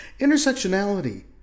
Intersectionality